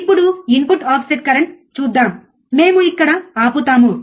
ఇప్పుడు input offset current చూద్దాం మేము ఇక్కడ ఆపుతాము